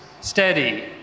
steady